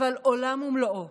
אבל עולם ומלואו,